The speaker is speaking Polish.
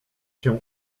się